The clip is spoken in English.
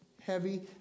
heavy